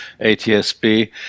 ATSB